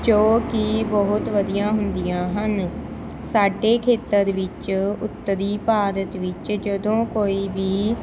ਜੋ ਕਿ ਬਹੁਤ ਵਧੀਆ ਹੁੰਦੀਆਂ ਹਨ ਸਾਡੇ ਖੇਤਰ ਵਿੱਚ ਉੱਤਰੀ ਭਾਰਤ ਵਿੱਚ ਜਦੋਂ ਕੋਈ ਵੀ